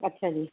ਅੱਛਾ ਜੀ